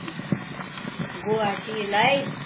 गुवाहटीलाई